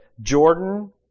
Jordan